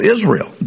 Israel